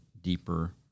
deeper